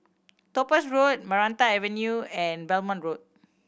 Topaz Road Maranta Avenue and Belmont Road